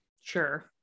Sure